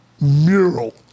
mural